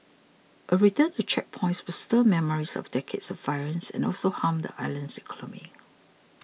a return to checkpoints would stir memories of decades of violence and also harm the island's economy